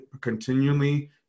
continually